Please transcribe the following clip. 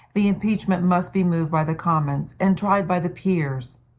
the impeachment must be moved by the commons, and tried by the peers.